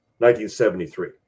1973